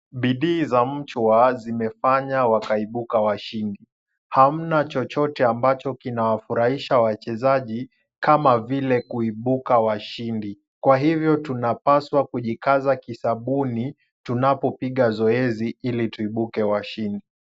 Bidii za mchwa zimefanya zikaipuka washindi. Hamna chochote ambacho kinawafurahisha wachezaji kama vile kuepuka washindi, kwa ivyo tuna paswa kujikaza kisabuni tunapoika zoezi ili tuipuke washindi.